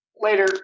Later